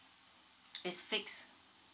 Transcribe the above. it's fixed